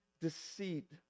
deceit